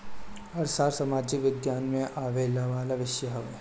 अर्थशास्त्र सामाजिक विज्ञान में आवेवाला विषय हवे